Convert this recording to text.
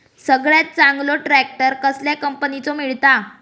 सगळ्यात चांगलो ट्रॅक्टर कसल्या कंपनीचो मिळता?